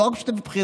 לא רק שותף בכיר,